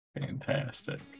fantastic